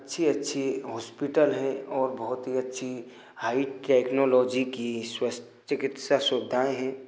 अच्छी अच्छी हॉस्पिटल है और बहुत ही अच्छी हाई टेक्नोलॉजी की स्वास्थ्य चिकित्सा सुविधाएं हैं